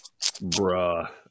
Bruh